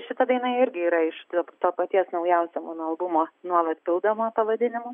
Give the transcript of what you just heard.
šita daina irgi yra iš to to paties naujausio mano albumo nuolat pildoma pavadinimu